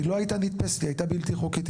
והיא לא הייתה נתפסת היא הייתה בלתי חוקית,